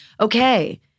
okay